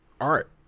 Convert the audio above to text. art